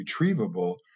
retrievable